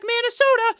Minnesota